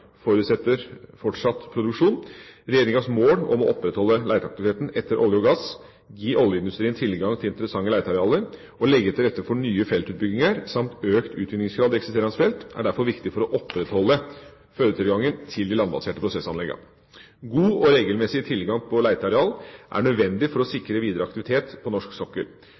forutsetter fortsatt produksjon. Regjeringas mål om å opprettholde leteaktiviteten etter olje og gass, gi oljeindustrien tilgang til interessante letearealer og legge til rette for nye feltutbygginger samt økt utvinningsgrad i eksisterende felt er derfor viktig for å opprettholde fødetilgangen til de landbaserte prosessanleggene. God og regelmessig tilgang på leteareal er nødvendig for å sikre videre aktivitet på norsk sokkel.